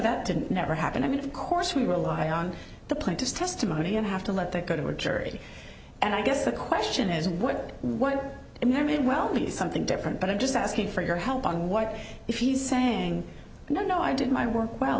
that didn't never happen i mean of course we rely on the plaintiff's testimony and have to let that go to a jury and i guess the question is what one and there may well be something different but i'm just asking for your help on what if he's saying no no i did my work w